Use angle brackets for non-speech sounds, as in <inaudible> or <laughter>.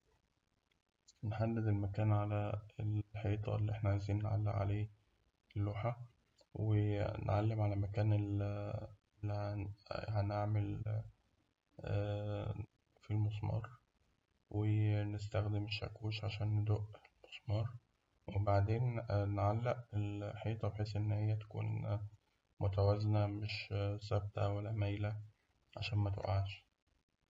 نحدد المكان على الحيطة اللي إحنا عايزين نعلق عليه اللوحة، و <hesitation> نعلم على مكان ال <hesitation> هنعمل <hesitation> في المسمار، ونستخدم شاكوش عشان ندق المسمار وبعدين نعلق الحيطة بحيث إن هي تكون متوازنة مش ثابتة ولا مايلة عشان متقعش.